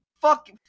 Fuck